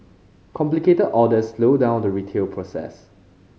complicated orders slowed down the retail process